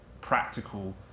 practical